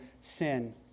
sin